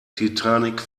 titanic